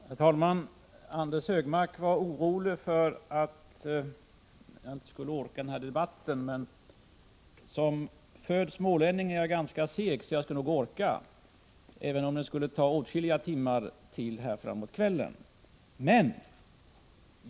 Herr talman! Anders G Högmark var orolig för att jag inte skulle orka med denna debatt. Som född smålänning är jag ganska seg, så jag skall nog orka, även om debatten kommer att pågå åtskilliga timmar framåt kvällen.